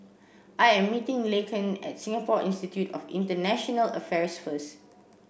I am meeting Laken at Singapore Institute of International Affairs first